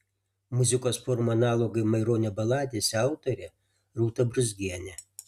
muzikos formų analogai maironio baladėse autorė rūta brūzgienė